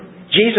Jesus